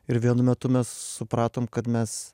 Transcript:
ir vienu metu mes supratom kad mes